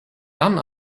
dann